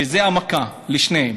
וזו המכה לשניהם.